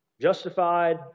justified